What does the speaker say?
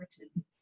written